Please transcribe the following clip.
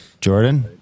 Jordan